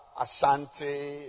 Ashanti